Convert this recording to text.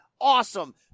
awesome